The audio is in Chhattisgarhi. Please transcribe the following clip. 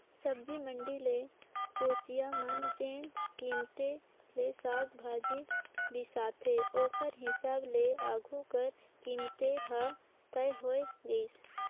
सब्जी मंडी ले कोचिया मन जेन कीमेत ले साग भाजी बिसाथे ओकर हिसाब ले आघु कर कीमेत हर तय होए गइस